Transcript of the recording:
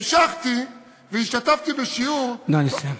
המשכתי והשתתפתי בשיעור, נא לסיים.